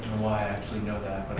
why i actually know that,